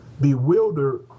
bewildered